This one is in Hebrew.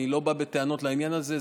אני לא בא בטענות בעניין הזה,